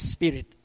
Spirit